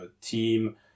team